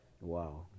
Wow